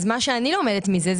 אז מה שאני לומדת מזה,